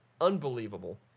Unbelievable